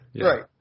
Right